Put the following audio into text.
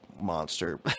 monster